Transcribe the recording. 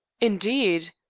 indeed!